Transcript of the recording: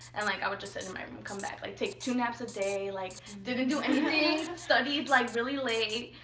and like i would just sit in my room, come back. like take two naps a day. i like didn't do anything. studied like really late.